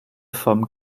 vom